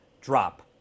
drop